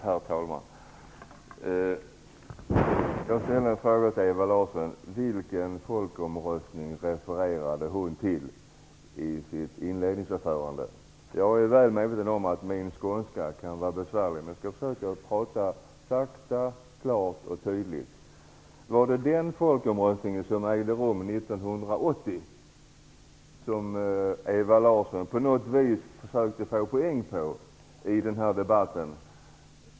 Herr talman! Jag ställde en fråga till Ewa Larsson om vilken folkomröstning hon refererade till i sitt inledningsanförande. Jag är väl medveten om att min skånska kan vara besvärlig. Men jag skall försöka prata sakta, klart och tydligt. Ville Ewa Larsson på något vis försöka plocka poäng i den här debatten genom att tala om den folkomröstning som ägde rum 1980?